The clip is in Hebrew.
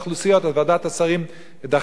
אז ועדת השרים דחתה את זה אתמול.